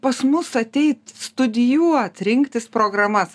pas mus ateit studijuot rinktis programas